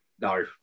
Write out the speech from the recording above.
No